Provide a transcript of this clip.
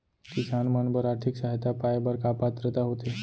किसान मन बर आर्थिक सहायता पाय बर का पात्रता होथे?